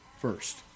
first